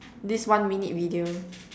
this one minute video